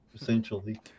Essentially